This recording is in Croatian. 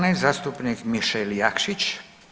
14., zastupnik Mišel Jakšić.